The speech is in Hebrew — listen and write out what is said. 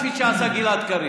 כפי שעשה גלעד קריב,